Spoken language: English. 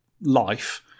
life